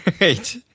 Right